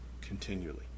continually